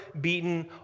beaten